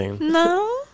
no